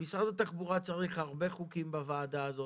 משרד התחבורה צריך הרבה חוקים בוועדה הזאת.